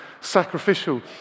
sacrificial